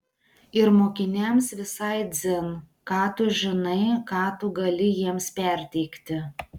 ir mokiniams visai dzin ką tu žinai ką tu gali jiems perteikti